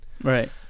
Right